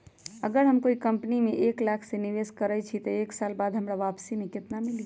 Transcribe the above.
अगर हम कोई कंपनी में एक लाख के निवेस करईछी त एक साल बाद हमरा वापसी में केतना मिली?